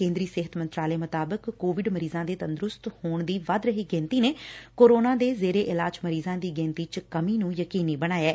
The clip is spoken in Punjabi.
ਕੇ'ਦਰੀ ਸਿਹਤ ਮੰਤਰਾਲੇ ਮੁਤਾਬਿਕ ਕੋਵਿਡ ਮਰੀਜ਼ਾਂ ਦੇ ਤੰਦਰੁਸਤ ਹੋਣ ਦੀ ਵੱਧ ਰਹੀ ਗਿਣਤੀ ਨੇ ਕੋਰੋਨਾ ਦੇ ਜ਼ੇਰੇ ਇਲਾਜ ਮਰੀਜ਼ਾਂ ਦੀ ਗਿਣਤੀ ਚ ਕਮੀ ਨੰ ਯਕੀਨੀ ਬਣਾਇਐ